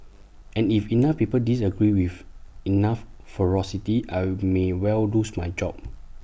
and if enough people disagree with enough ferocity I will may well lose my job